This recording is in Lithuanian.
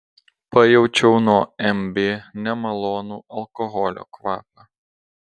pajaučiau nuo mb nemalonų alkoholio kvapą